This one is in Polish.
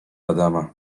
adama